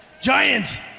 Giant